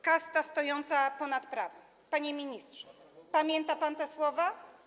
Kasta stojąca ponad prawem - panie ministrze, pamięta pan te słowa?